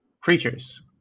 creatures